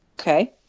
Okay